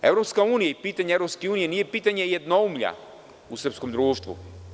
Evropska unija i pitanje EU nije pitanje jednoumlja u srpskom društvu.